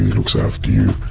looks after you,